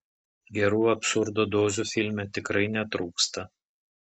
gerų absurdo dozių filme tikrai netrūksta